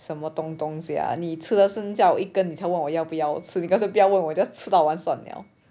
什么东东 sia 你吃了剩下我一根你才问我要不要吃你干脆不要问我 just 吃到完算了